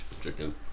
chicken